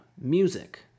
Music